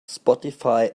spotify